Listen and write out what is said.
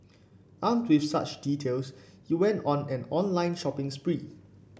armed with such details he went on an online shopping spree